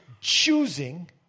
choosing